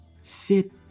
sit